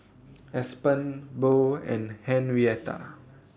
Aspen Bo and Henrietta